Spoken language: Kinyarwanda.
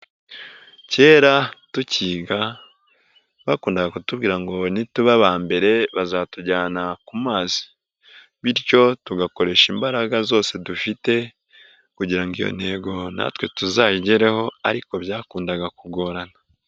Kera tukiga bakundaga kutubwira ngo nituba abambere bazatujyana ku mazi bityo tugakoresha imbaraga zose dufite kugira iyo ntego natwe tuzayigereho ariko byakundaga kugorana.